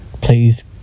please